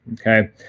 okay